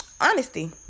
honesty